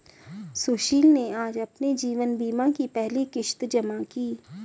सुशील ने आज अपने जीवन बीमा की पहली किश्त जमा की